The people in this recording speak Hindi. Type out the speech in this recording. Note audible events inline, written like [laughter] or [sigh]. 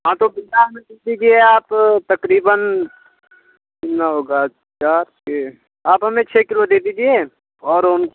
हाँ तो [unintelligible] आप तक़रीबन तीन होगा चार छः आप हमें छः किलो दे दीजिए और उन